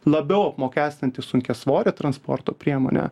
labiau apmokestinti sunkiasvorę transporto priemonę